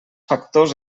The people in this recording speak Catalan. factors